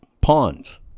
pawns